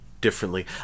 differently